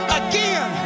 again